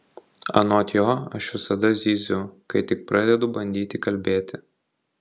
anot jo aš visada zyziu kai tik pradedu bandyti kalbėti